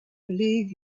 believe